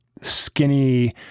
skinny